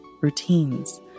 routines